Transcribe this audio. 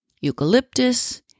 eucalyptus